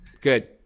Good